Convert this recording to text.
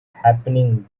happening